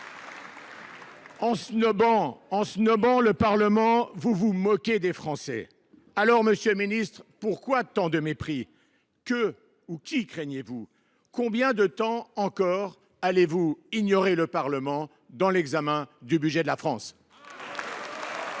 En snobant le Parlement, vous vous moquez des Français. Pourquoi tant de mépris ? Que – qui – craignez vous ? Combien de temps encore allez vous ignorer le Parlement pour l’examen du budget de la France ?